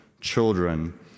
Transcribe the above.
children